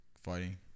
fighting